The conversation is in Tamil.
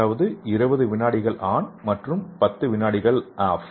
அதாவது 20 வினாடிகள் ஆன் மற்றும் 10 விநாடிகள் ஆப்